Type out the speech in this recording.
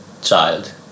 child